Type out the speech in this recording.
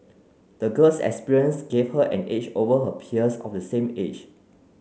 the girl's experience gave her an edge over her peers of the same age